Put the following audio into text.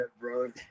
bro